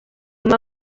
muba